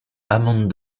amande